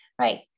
right